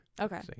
Okay